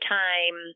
time